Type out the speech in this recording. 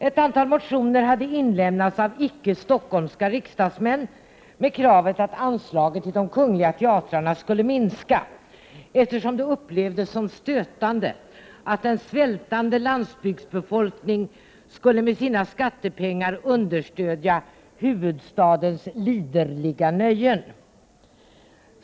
Ett antal motioner hade inlämnats av icke stockholmska riksdagsmän med kravet att anslaget till de kungliga teatrarna skulle minska, eftersom det upplevdes som stötande att en svältande landsbygdsbefolkning skulle med sina skattepengar ”understödja huvudstadens liderliga nöjen”.